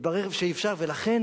מתברר שאי-אפשר, ולכן